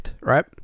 right